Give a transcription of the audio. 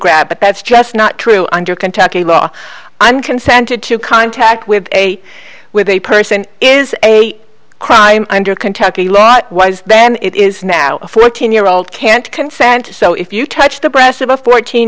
grab but that's just not true under kentucky law i'm consented to contact with a with a person is a crime under kentucky lot was then it is now a fourteen year old can't consent so if you touch the breast of a fourteen